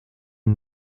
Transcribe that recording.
est